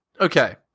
Okay